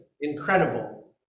incredible